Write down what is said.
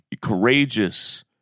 courageous